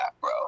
bro